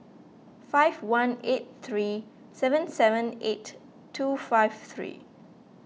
five one eight three seven seven eight two five three